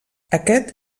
aquest